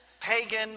pagan